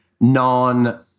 non